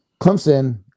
Clemson